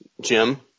Jim